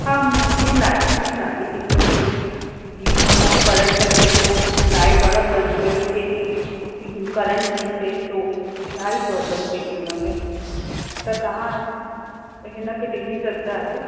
हा मुंहिंजी लाइटनि में ॾाढी दिक़त थिए थी जीअं हुन मों करंट अचे थो लाइट बार बार फ्लकचुएट थिए थी करंट निकिरे थो इलाही प्रोब्लम थिए थी उन में त तव्हां हिन खे ॾिसी सघंदा आहियो